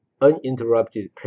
uninterrupted